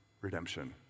redemption